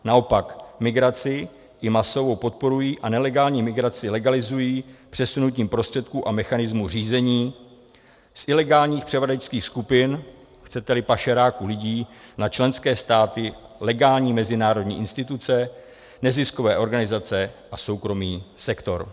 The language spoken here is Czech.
Naopak, migraci, i masovou, podporují a nelegální migraci legalizují přesunutím prostředků a mechanismů řízení z ilegálních převaděčských skupin, chceteli pašeráků lidí, na členské státy, legální mezinárodní instituce, neziskové organizace a soukromý sektor.